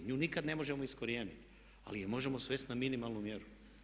Nju nikada ne možemo iskorijeniti, ali je možemo svest na minimalnu mjeru.